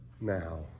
now